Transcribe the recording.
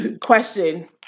Question